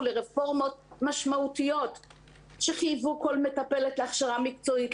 לרפורמות משמעותיות שחייבו כל מטפלת להכשרה מקצועית,